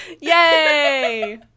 Yay